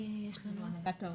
הוא הראשון שנכנס למסגרת.